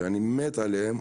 שאני מת עליהם,